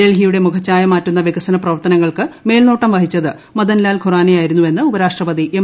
ഡൽഹിയുടെ മുഖഛായ മാറ്റുന്ന വികസനപ്രവർത്തനങ്ങൾക്ക് മേൽനോട്ടര്യ് വഹിച്ചത് മദൻലാൽ ഖുറാനയായിരുന്നുവെന്ന് ഉപരാഷ്ട്രപ്പത്യ് എം